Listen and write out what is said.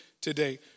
today